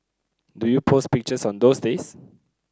do you post pictures on those days